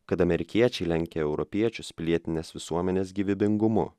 kad amerikiečiai lenkia europiečius pilietinės visuomenės gyvybingumu